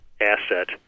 asset